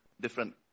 different